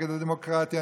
נגד הדמוקרטיה,